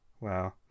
wow